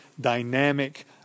dynamic